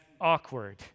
awkward